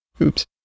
Oops